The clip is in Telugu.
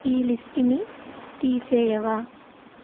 ఈ లిస్టుని తీసేయవా